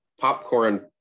popcorn